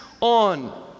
on